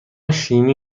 شیمی